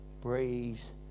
breeze